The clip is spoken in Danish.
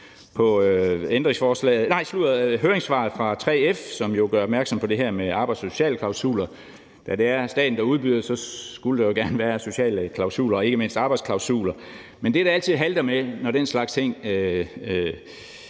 Så vil jeg gøre opmærksom på høringssvaret fra 3F, som jo gør opmærksom på det her med arbejds- og socialklausuler, og da det jo er staten, der udbyder, skulle der jo gerne være sociale klausuler og ikke mindst arbejdsklausuler, men det, det altid halter med, når vi